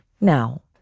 now